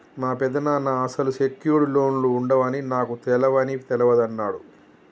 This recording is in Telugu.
మా పెదనాన్న అసలు సెక్యూర్డ్ లోన్లు ఉండవని నాకు తెలవని తెలవదు అన్నడు